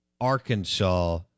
Arkansas